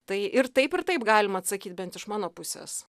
tai ir taip ir taip galima atsakyt bent iš mano pusės